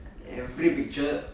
every picture